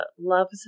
Love's